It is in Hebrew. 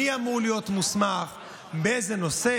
מי אמור להיות מוסמך, באיזה נושא